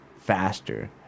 faster